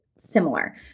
similar